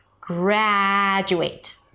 graduate